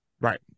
Right